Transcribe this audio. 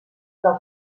del